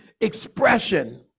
expression